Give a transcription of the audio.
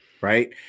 right